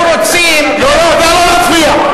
הם רוצים, לא להפריע.